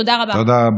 תודה רבה.